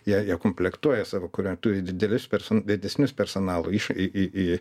jie ją komplektuoja savo karuo turi didelės person didesnius personalo iš į į į